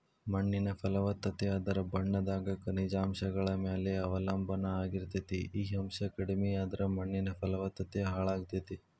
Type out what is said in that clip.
ಮಣ್ಣಿನ ಫಲವತ್ತತೆ ಅದರ ಬಣ್ಣದಾಗ ಖನಿಜಾಂಶಗಳ ಮ್ಯಾಲೆ ಅವಲಂಬನಾ ಆಗಿರ್ತೇತಿ, ಈ ಅಂಶ ಕಡಿಮಿಯಾದ್ರ ಮಣ್ಣಿನ ಫಲವತ್ತತೆ ಹಾಳಾಗ್ತೇತಿ